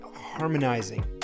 harmonizing